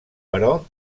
però